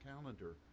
calendar